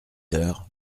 heures